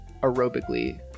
aerobically